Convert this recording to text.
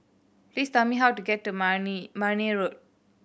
please tell me how to get to Marne Marne Road